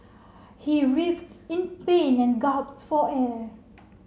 he writhed in pain and gasped for air